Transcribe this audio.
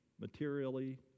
materially